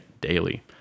daily